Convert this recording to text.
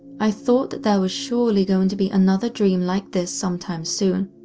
i thought that there was surely going to be another dream like this sometime soon,